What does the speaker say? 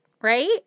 right